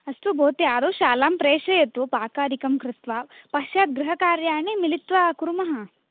अस्तु भवति आदौ शालां प्रेशयतु पाकादिकं कृत्वा पश्चात् गृहकार्याणि मिलित्वा कुर्म